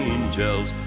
Angels